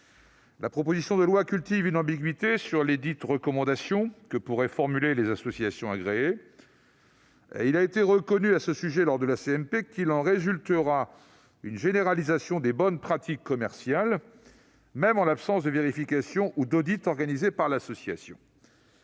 La proposition de loi cultive une ambiguïté sur les « recommandations » que pourraient formuler les associations agréées. Il a été reconnu à ce sujet lors de la réunion de la commission mixte paritaire qu'il « en résultera une généralisation des bonnes pratiques commerciales, même en l'absence de vérification ou d'audit organisé par l'association